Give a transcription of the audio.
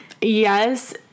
yes